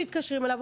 מתקשרים אליו,